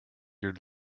your